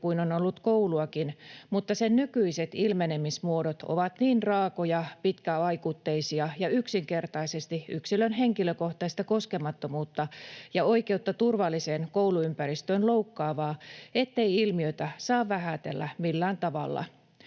kuin on ollut kouluakin, mutta sen nykyiset ilmenemismuodot ovat niin raakoja, pitkävaikutteisia ja yksinkertaisesti yksilön henkilökohtaista koskemattomuutta ja oikeutta turvalliseen kouluympäristöön loukkaavia, ettei ilmiötä saa vähätellä millään tavalla.